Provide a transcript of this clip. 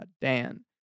Dan